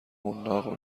حناق